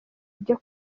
ibyo